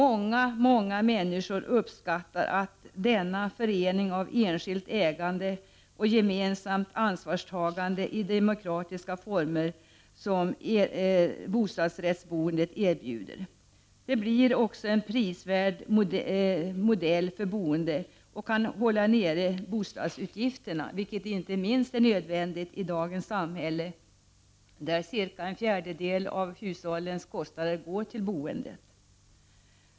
Åtskilliga människor uppskattar den förening av enskilt ägande och gemensamt ansvarstagande i demokratiska former som bostadsrättsboendet erbjuder. Det blir också en prisvärd modell för boende och det kan hålla nere bostadsutgifterna, vilket inte minst är nödvändigt i dagens samhälle där cirka en fjärdedel av hushållens kostnader går till boendet.